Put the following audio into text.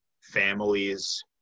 families